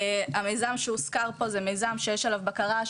המיזם שהוזכר פה זה מיזם שיש עליו בקרה,